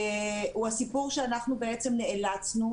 הוא הסיפור שאנחנו בעצם נאלצנו